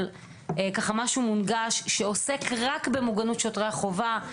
אבל זה משהו מונגש שעוסק רק במוגנות שוטרי החובה,